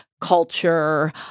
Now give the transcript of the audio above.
culture